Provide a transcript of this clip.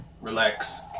Relax